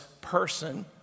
person